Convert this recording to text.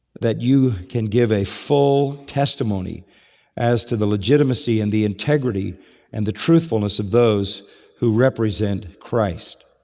that you can give a full testimony as to the legitimacy and the integrity and the truthfulness of those who represent christ.